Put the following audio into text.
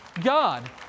God